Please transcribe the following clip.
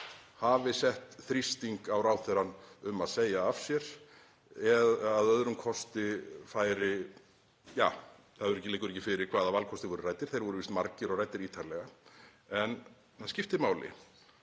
hafi sett þrýsting á ráðherrann um að segja af sér eða að öðrum kosti færi — ja, það liggur ekki fyrir hvaða valkostir voru ræddir, þeir voru víst margir og ræddir ítarlega. En það skiptir máli.